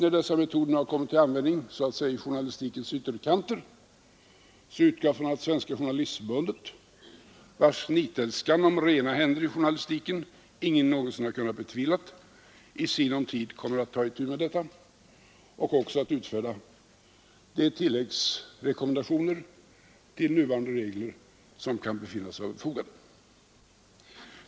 När dessa metoder nu har kommit till användning så att säga i journalistikens ytterkanter, utgår jag från att Svenska journalistförbundet, vars nitälskan om rena händer i journalistiken ingen någonsin kunnat betvivla, i sinom tid kommer att ta itu med detta och utfärda de tilläggsrekommendationer till nuvarande regler som kan befinnas nödvändiga.